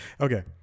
Okay